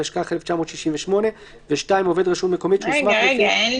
התשכ"ח 1968‏; (2)עובד רשות מקומית שהוסמך לפי